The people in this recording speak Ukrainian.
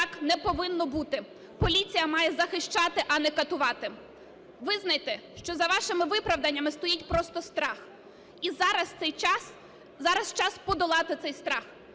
так не повинно бути, поліція має захищати, а не катувати. Визнайте, що за вашими виправданнями стоїть просто страх. І зараз час подолати цей страх.